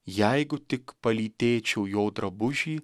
jeigu tik palytėčiau jo drabužį